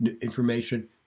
information